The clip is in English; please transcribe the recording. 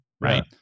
right